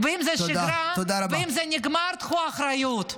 אם זו שגרה, ואם זה נגמר, קחו אחריות.